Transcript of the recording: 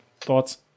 Thoughts